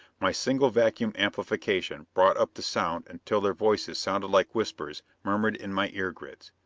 my single-vacuum amplification brought up the sound until their voices sounded like whispers murmured in my ear-grids.